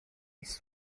his